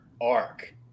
arc